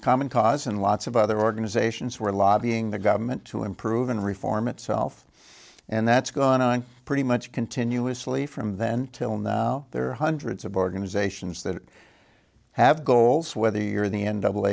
common cause and lots of other organizations were lobbying the government to improve and reform itself and that's gone on pretty much continuously from then till now there are hundreds of organizations that have goals whether you're the n